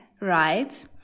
right